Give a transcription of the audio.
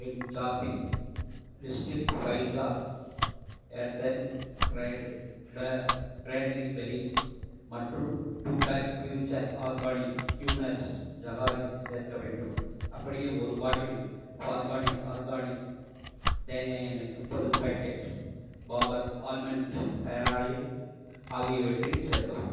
என் shopping லிஸ்ட்டில் five jar earthen dried cranberry மற்றும் two pack future organics க்யூனர்ஸ் jaggery சேர்க்க வேண்டும் அப்படியே ஒரு பாட்டில் ஃபார்கானிக் ஆர்கானிக் தேங்காய் எண்ணெய் முப்பது பேக்கெட் பாபர் ஆல்மண்ட் ஹேர் ஆயில் ஆகியவற்றையும் சேர்க்கவும்